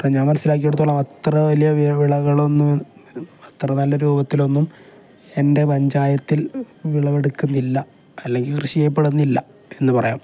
അത് ഞാൻ മനസിലാക്കിയെടത്തോളം അത്ര വലിയ വിളകളൊന്നും അത്ര നല്ല രൂപത്തിലൊന്നും എൻ്റെ പഞ്ചായത്തിൽ വിളവെടുക്കുന്നില്ല അല്ലെങ്കിൽ കൃഷി ചെയ്യപ്പെടുന്നില്ല എന്ന് പറയാം